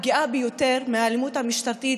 הפגיעה ביותר מהאלימות המשטרתית,